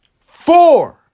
Four